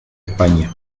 españa